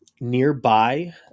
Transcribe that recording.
Nearby